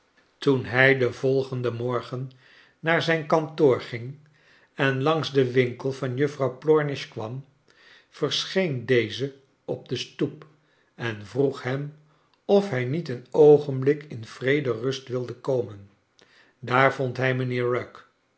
toen hij den volgenden morgen naar zijn kantoor ging en langs den winkel van juffrouw plornish kwam r verscheen deze op de stoep en vroeg hem of hij niet een oogenblik in vrederust wilde komen daar vond hij mijnheer rugg